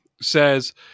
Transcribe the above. says